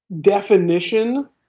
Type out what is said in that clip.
definition